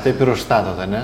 taip ir užstatot ane